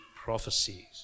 Prophecies